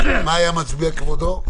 מה היה מצביע כבודו?